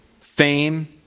fame